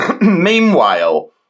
Meanwhile